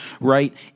right